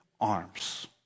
arms